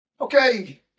Okay